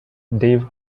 dave